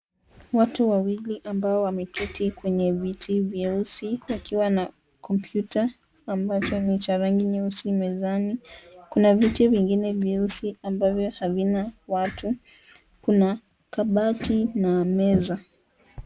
Watu wawili ambao wameketi kwenye viti vyeusi wakiwa na kompyuta ambacho ni cha rangi nyeusi mezani, kuna viti vingine vyeusi ambavyo havina watu. Kuna kabati na meza.